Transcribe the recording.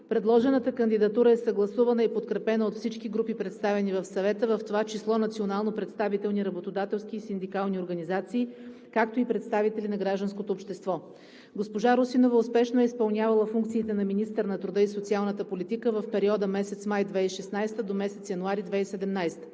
Предложената кандидатура е съгласувана и подкрепена от всички групи, представени в Съвета, в това число национално представителни работодателски и синдикални организации, както и представители на гражданското общество. Госпожа Русинова успешно е изпълнявала функциите на министър на труда и социалната политика в периода от месец май 2016 г. до месец януари 2017